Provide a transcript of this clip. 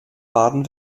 baden